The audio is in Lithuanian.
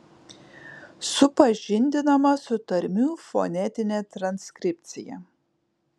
supažindinama su tarmių fonetine transkripcija